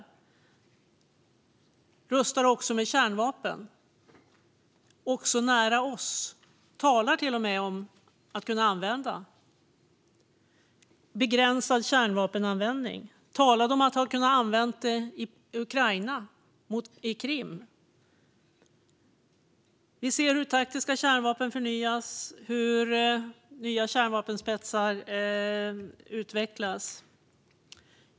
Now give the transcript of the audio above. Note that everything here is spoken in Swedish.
Man rustar även med kärnvapen - också nära oss - och talar till och med om att kunna använda dem. Det har varit tal om begränsad kärnvapenanvändning i Ukraina och på Krim. Vi ser hur taktiska kärnvapen förnyas och hur nya kärnvapenspetsar utvecklas.